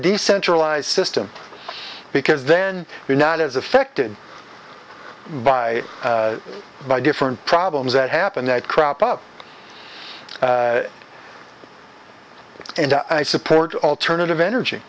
decentralized system because then you're not as affected by by different problems that happen that crop up and i support alternative energy